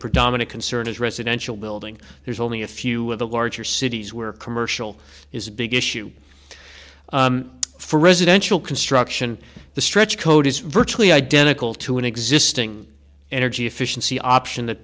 predominant concern is residential building there's only a few of the larger cities where commercial is a big issue for residential construction the stretch code is virtually identical to an existing energy efficiency option that